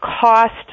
cost